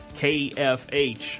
KFH